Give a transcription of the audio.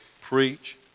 Preach